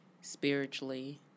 spiritually